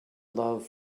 love